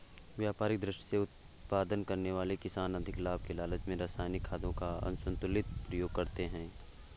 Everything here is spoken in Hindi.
व्यापारिक दृष्टि से उत्पादन करने वाले किसान अधिक लाभ के लालच में रसायनिक खादों का असन्तुलित प्रयोग करते हैं